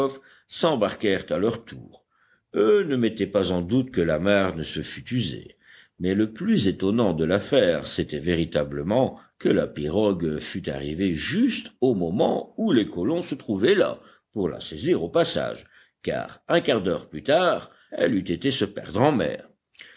pencroff s'embarquèrent à leur tour eux ne mettaient pas en doute que l'amarre ne se fût usée mais le plus étonnant de l'affaire c'était véritablement que la pirogue fût arrivée juste au moment où les colons se trouvaient là pour la saisir au passage car un quart d'heure plus tard elle eût été se perdre en mer